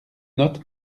note